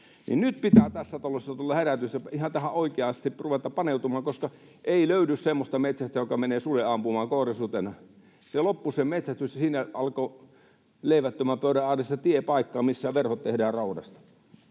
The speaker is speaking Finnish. Nyt pitää tässä talossa tulla herätys ja ihan oikeasti tähän ruveta paneutumaan, koska ei löydy semmoista metsästäjää, joka menee suden ampumaan koirasutena. Se loppui se metsästys, ja siinä alkoi tie leivättömän pöydän ääreen ja paikkaan, missä verhot tehdään raudasta.